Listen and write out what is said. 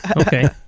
Okay